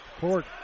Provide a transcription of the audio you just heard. court